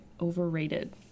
overrated